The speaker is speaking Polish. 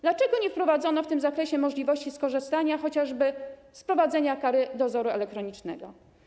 Dlaczego nie wprowadzono w tym zakresie możliwości skorzystania chociażby z zastosowania kary dozoru elektronicznego?